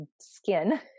skin